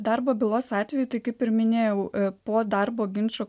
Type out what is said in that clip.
darbo bylos atveju tai kaip ir minėjau po darbo ginčo